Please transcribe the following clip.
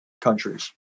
countries